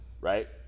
Right